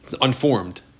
unformed